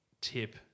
tip